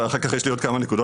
אחר כך יש לי עוד כמה נקודות.